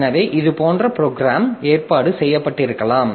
எனவே இது போன்ற ப்ரோக்ராம் ஏற்பாடு செய்யப்பட்டிருக்கலாம்